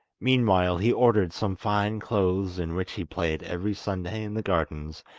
meanwhile he ordered some fine clothes, in which he played every sunday in the gardens,